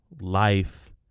life